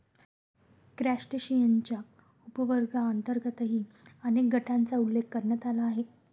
क्रस्टेशियन्सच्या उपवर्गांतर्गतही अनेक गटांचा उल्लेख करण्यात आला आहे